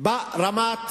ברמת